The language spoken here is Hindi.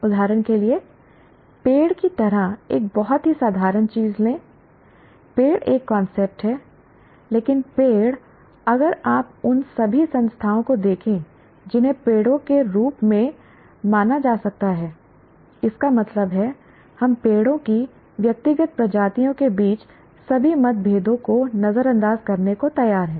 उदाहरण के लिए पेड़ की तरह एक बहुत ही साधारण चीज लें पेड़ एक कांसेप्ट है लेकिन पेड़ अगर आप उन सभी संस्थाओं को देखें जिन्हें पेड़ों के रूप में माना जा सकता है इसका मतलब है हम पेड़ों की व्यक्तिगत प्रजातियों के बीच सभी मतभेदों को नजरअंदाज करने को तैयार हैं